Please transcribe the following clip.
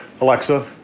Alexa